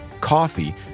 coffee